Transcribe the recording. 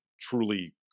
truly